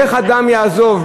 איך אדם יעזוב?